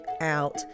out